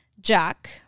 Jack